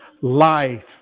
life